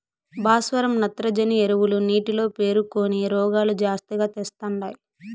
భాస్వరం నత్రజని ఎరువులు నీటిలో పేరుకొని రోగాలు జాస్తిగా తెస్తండాయి